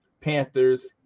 panthers